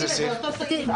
באיזה סעיף?